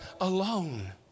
alone